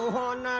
on